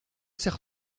serre